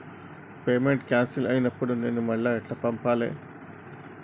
Payment cancel అయినపుడు నేను మళ్ళా ఎట్ల పంపాలే?